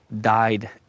died